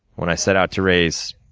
when i set out to raise